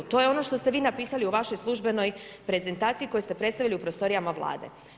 To je ono što ste vi napisali u vašoj službenoj prezentaciji koju ste predstavili u prostorijama vlade.